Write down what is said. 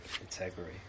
Integrity